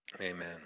Amen